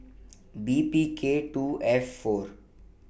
B P K two F four